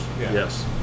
yes